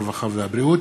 הרווחה והבריאות,